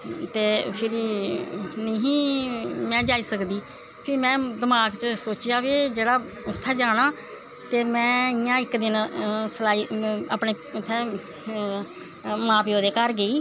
ते फिरी नेंई ही में जाई सकदी फिर में दमाक च सोचेआ कि जेह्ड़ा उत्थें जाना ते में इक दिन इयां सलाई उत्थें मां प्यो दे घर गेई